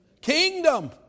Kingdom